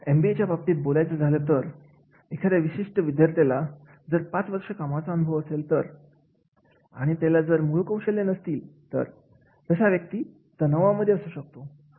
MBA च्या बाबतीत बोलायचं झालं तर एखाद्या विशिष्ट विद्यार्थ्याला जर पाच वर्षाच्या कामाचा अनुभव असेल तर आणि त्याला जर मूळ कौशल्य नसतील तर तसा व्यक्ती तलावांमध्ये असू शकतो